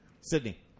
Sydney